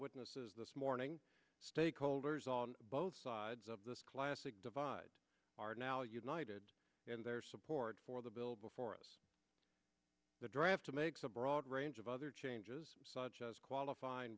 witnesses this morning stakeholders on both sides of this classic divide are now united in their support for the bill before us the draft makes a broad range of other changes such as qualif